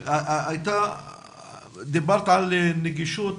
דיברת על נגישות,